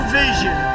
vision